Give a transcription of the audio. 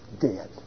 dead